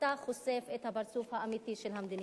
אתה חושף את הפרצוף האמיתי של המדיניות.